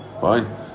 Fine